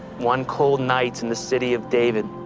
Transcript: one cold night in the city of david,